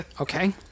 Okay